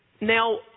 Now